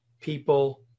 people